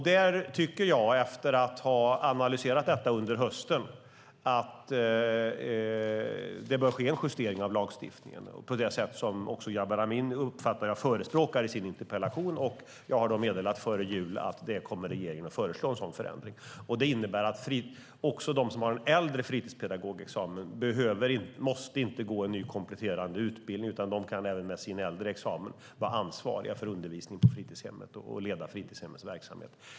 Jag tycker, efter att ha analyserat detta under hösten, att det bör ske en justering av lagstiftningen på det sätt som också Jabar Amin, uppfattar jag det som, förespråkar i sin interpellation. Jag meddelade före jul att regeringen kommer att föreslå en sådan förändring. Det innebär att de som har en äldre fritidspedagogexamen inte måste gå en kompletterande utbildning, utan de kan med sin äldre examen vara ansvariga för undervisningen på fritidshemmet och leda fritidshemmets verksamhet.